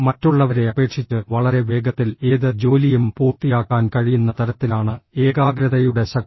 മറ്റുള്ളവരെ അപേക്ഷിച്ച് വളരെ വേഗത്തിൽ ഏത് ജോലിയും പൂർത്തിയാക്കാൻ കഴിയുന്ന തരത്തിലാണ് ഏകാഗ്രതയുടെ ശക്തി